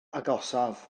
agosaf